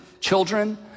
children